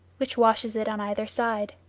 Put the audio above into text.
which washes it on either side.